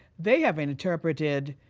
they have interpreted